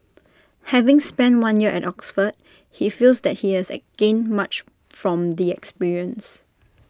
having spent one year at Oxford he feels that he has gained much from the experience